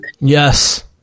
yes